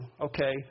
okay